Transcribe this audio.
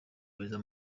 beza